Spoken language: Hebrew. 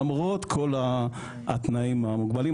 למרות כל התנאים המוגבלים,